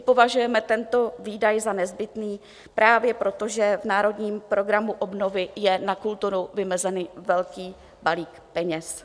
Považujeme tento výdaj za nezbytný právě proto, že v Národním programu obnovy je na kulturu vymezený velký balík peněz.